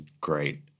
great